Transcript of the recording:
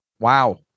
Wow